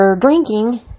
drinking